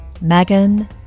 Megan